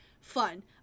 fun